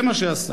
זה מה שנעשה.